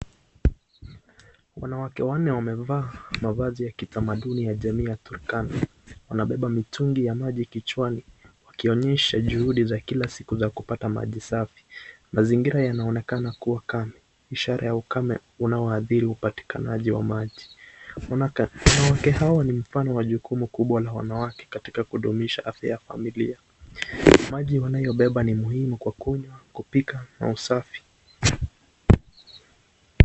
Wanawake wanne wamevaa mavazi ya kitamaduni ya jamii ya turkana. Wanabeba mitungi ya maji kichwani wakionyesha juhudi za kila siku ya kupata maji safi. Mazingira yanaonekana kuwa kame, ishara ya ukame unaoadhiri upatikanaji wa maji. Wanawake hawa ni mfano wa jukumu kubwa la wanawake katika kudumisha afya ya familia. Maji wanayobeba ni muhimu kwa kunywa, kupika na usafi.